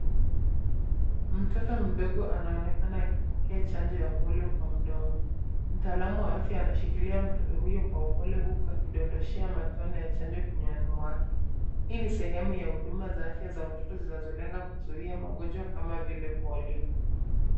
Mtoto mdogo anaonekana akipokea chanjo ya polio kwa mdomo. Mtaalam wa afya anashikilia mtoto huyo kwa upole huku akidondoshea matone ya chanjo kinywani mwake. Hii ni sehemu ya huduma ya afya za watoto zinazolenga kuzuia magonjwa kama vile polio.